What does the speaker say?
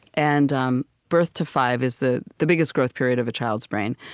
and um birth to five is the the biggest growth period of a child's brain.